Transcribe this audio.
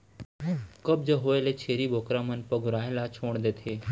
कब्ज होए ले छेरी बोकरा मन पगुराए ल छोड़ देथे